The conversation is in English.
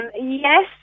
Yes